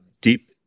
deep